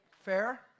Fair